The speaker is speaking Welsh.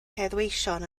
heddweision